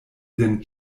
lin